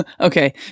Okay